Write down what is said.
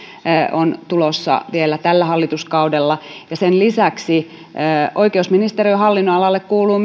on tulossa vielä tällä hallituskaudella sen lisäksi oikeusministeriön hallinnonalalle kuuluu